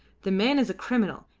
the man is a criminal.